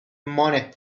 money